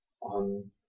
on